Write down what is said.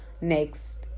next